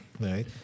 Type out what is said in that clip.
right